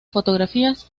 fotografías